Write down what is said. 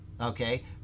Okay